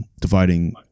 dividing